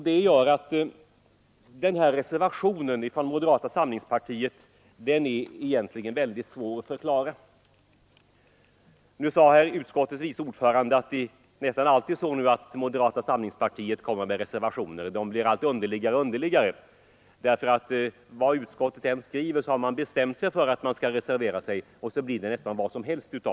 Det gör att reservationen från moderata samlingspartiet är svår att förklara. Nu sade utskottets vice ordförande att det nästan alltid är så att moderata samlingspartiet kommer med reservationer. De blir allt underligare. Vad utskottet än skriver har man bestämt sig för att reservera sig, och så blir det nästan vad som helst.